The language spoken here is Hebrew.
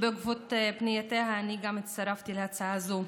ובעקבות פניותיה גם אני הצטרפתי להצעה הזו.